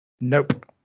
Nope